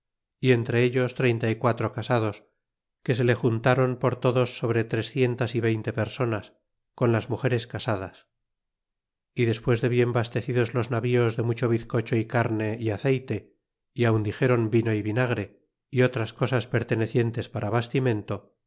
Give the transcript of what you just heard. y entre ellos treinta y quatro casados que se le juntaron por todos sobre trecientas y veinte personas con las mugeres casadas y despues de bien bastecidos los navíos de mucho bizcocho y carne y aceyte y aun dixéron vino y vinagre y otras cosas pertenecientes para bastimento